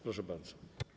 Proszę bardzo.